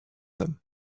them